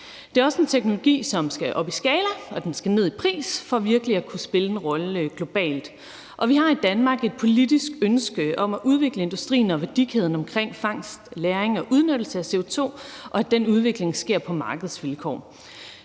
Det er også en teknologi, som skal op i skala, og den skal ned i pris for virkelig at kunne spille en rolle globalt. Vi har i Danmark et politisk ønske om at udvikle industrien og værdikæden omkring fangst, lagring og udnyttelse af CO2, og at den udvikling sker på markedsvilkår.